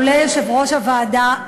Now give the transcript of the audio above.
לולא יושב-ראש הוועדה.